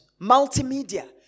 Multimedia